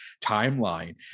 timeline